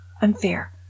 unfair